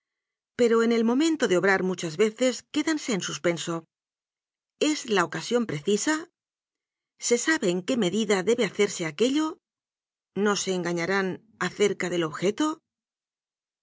pero en el momento de obrar muchas ve ces quédanse en suspenso es la ocasión precisa se sabe en qué medida debe hacerse aquello no se engañarán acerca del objeto